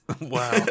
Wow